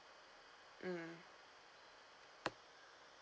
mm